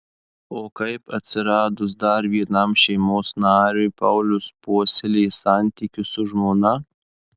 o kaip atsiradus dar vienam šeimos nariui paulius puoselėja santykius su žmona